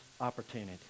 opportunity